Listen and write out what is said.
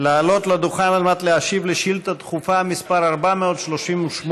לעלות על הדוכן על מנת להשיב על שאילתה דחופה מס' 438,